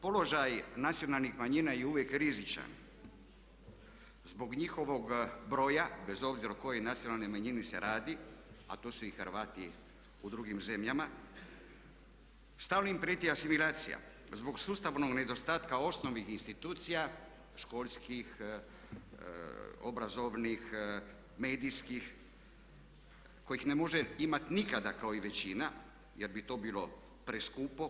Položaj nacionalnih manjina je uvijek rizičan zbog njihovog broja, bez obzira o kojoj nacionalnoj manjini se radi, a to su i Hrvati u drugim zemljama, stalno im prijeti asimilacija zbog sustavnog nedostatka osnovnih institucija školskih, obrazovnih, medijskih kojih ne može imati nikada kao i većina jer bi to bilo preskupo.